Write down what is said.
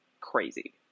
crazy